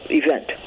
event